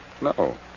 No